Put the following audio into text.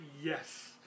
yes